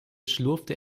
schlurfte